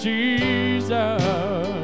Jesus